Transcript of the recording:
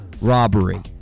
robbery